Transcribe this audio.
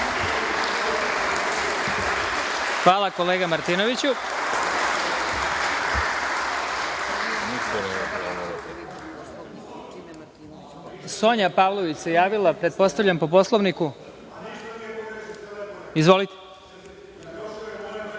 Hvala, kolega Martinoviću. Sonja Pavlović se javila, pretpostavljam po Poslovniku? Izvolite.